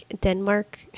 Denmark